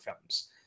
films